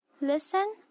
Listen